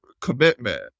commitment